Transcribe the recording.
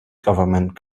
government